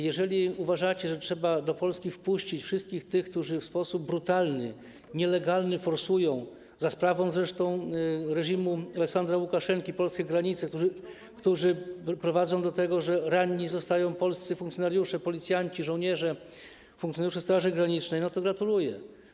Jeżeli uważacie, że trzeba do Polski wpuścić wszystkich tych, którzy w sposób brutalny, nielegalny forsują, za sprawą reżimu Aleksandra Łukaszenki, polskie granice, prowadzą do tego, że ranni zostają polscy funkcjonariusze, policjanci, żołnierze, funkcjonariusze Straży Granicznej, to gratuluję.